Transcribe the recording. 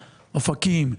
אופקים,